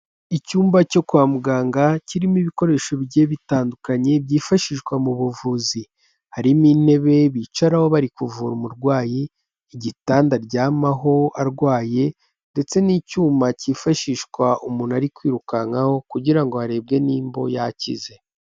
Icyumba cyo kwa muganga kirimo ibikoresho bigiye bitandukanye byifashishwa mu buvuzi. Harimo intebe bicaraho bari kuvura umurwayi, igitanda aryamaho arwaye ndetse n'icyuma cyifashishwa umuntu ari kwirukankaho, kugira ngo harebwe nimba yakize.